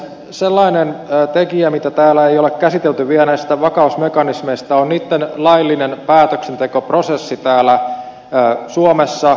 sellainen tekijä mitä täällä ei ole käsitelty vielä näistä vakausmekanismeista on niitten laillinen päätöksentekoprosessi täällä suomessa